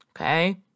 okay